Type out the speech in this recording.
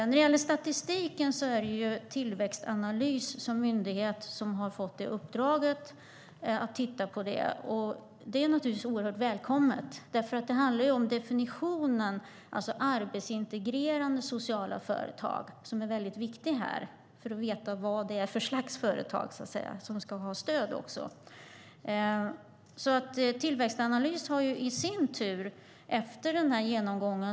När det gäller statistiken är det Tillväxtanalys som myndighet som har fått uppdraget att titta på detta. Det är naturligtvis oerhört välkommet. Det handlar nämligen om definitionen, alltså arbetsintegrerande sociala företag, som är väldigt viktig här för att vi ska veta vad det är för slags företag som ska ha stöd.